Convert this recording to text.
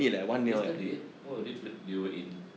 yesterday what were they pla~ they were in